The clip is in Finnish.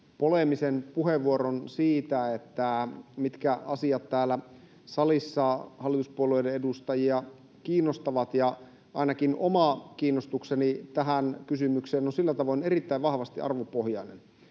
poleemisen puheenvuoron siitä, mitkä asiat täällä salissa hallituspuolueiden edustajia kiinnostavat. Ainakin oma kiinnostukseni tähän kysymykseen on sillä tavoin erittäin vahvasti arvopohjainen,